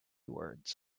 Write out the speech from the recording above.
words